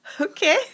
Okay